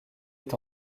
est